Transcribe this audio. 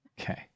Okay